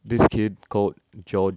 this kid called george